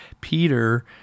Peter